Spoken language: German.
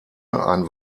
ein